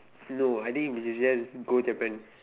no I think we should just go Japan